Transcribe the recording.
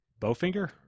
Bowfinger